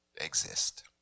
exist